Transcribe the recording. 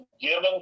given